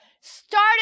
started